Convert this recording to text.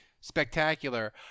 spectacular